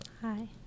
hi